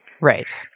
Right